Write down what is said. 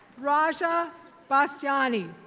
rasha basiani.